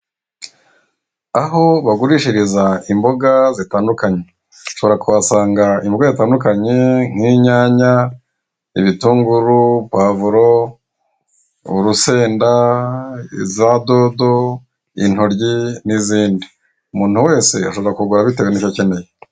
Aho bagurishiriza imboga zitandukanye. Ushobora kuhasanga imboga zitandukanye, nk'inyanya, ibitunguru, puwavuro, urusenda, iza dodo, intoryi, n'izindi. Umuntu wese ashobora kugura bitewe n'icyo akeneye.